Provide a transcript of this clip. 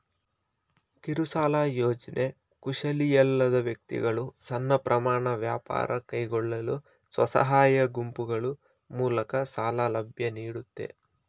ಕಿರುಸಾಲ ಯೋಜ್ನೆ ಕುಶಲಿಯಲ್ಲದ ವ್ಯಕ್ತಿಗಳು ಸಣ್ಣ ಪ್ರಮಾಣ ವ್ಯಾಪಾರ ಕೈಗೊಳ್ಳಲು ಸ್ವಸಹಾಯ ಗುಂಪುಗಳು ಮೂಲಕ ಸಾಲ ಸೌಲಭ್ಯ ನೀಡುತ್ತೆ